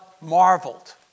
marveled